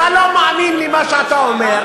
אתה לא מאמין למה שאתה אומר.